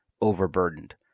overburdened